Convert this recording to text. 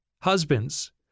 Husbands